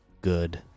good